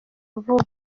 vuba